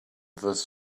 this